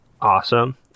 Awesome